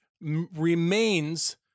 remains